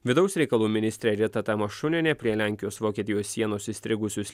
vidaus reikalų ministrė rita tamašunienė prie lenkijos vokietijos sienos įstrigusius